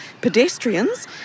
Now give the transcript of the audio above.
Pedestrians